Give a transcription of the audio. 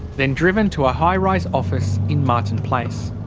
then driven to a high-rise office in martin place.